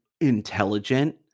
intelligent